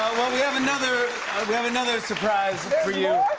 well, we have another we have another surprise for you.